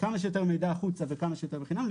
כמה שיותר מידע החוצה וכמה שיותר בחינם,